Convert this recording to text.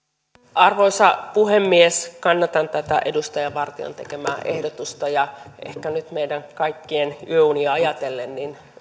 arvoisa puhemies kannatan tätä edustaja vartian tekemää ehdotusta ja ehkä nyt meidän kaikkien yöunia ajatellen